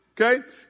okay